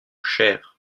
chers